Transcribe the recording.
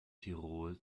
tirol